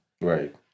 Right